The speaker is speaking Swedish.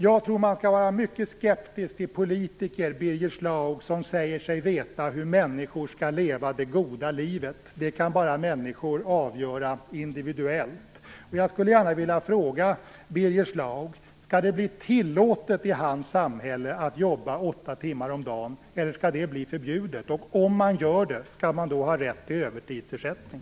Jag tror att man skall vara mycket skeptisk till politiker som säger sig veta hur människor skall leva det goda livet, Birger Schlaug. Det kan bara människor avgöra individuellt. Jag skulle gärna vilja fråga Birger Schlaug: Skall det bli tillåtet i Birger Schlaugs samhälle att jobba åtta timmar om dagen, eller skall det bli förbjudet? Om man gör det, skall man då har rätt till övertidsersättning?